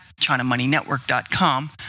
Chinamoneynetwork.com